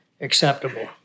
acceptable